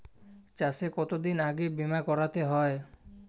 চাষে কতদিন আগে বিমা করাতে হয়?